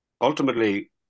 ultimately